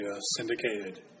syndicated